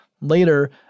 Later